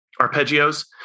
arpeggios